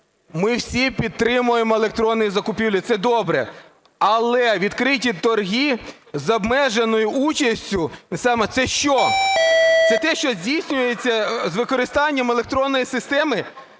Ми всі підтримуємо електронні закупівлі, це добре. Але відкриті торги з обмеженою участю – це що? Це те, що здійснюється з використанням електронної системи?